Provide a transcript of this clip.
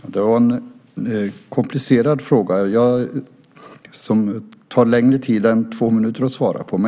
Fru talman! Det var en komplicerad fråga, som det tar längre tid än två minuter att svara på.